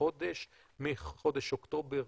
לחודש מחודש אוקטובר,